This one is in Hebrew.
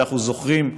שאנחנו זוכרים,